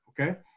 okay